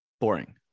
boring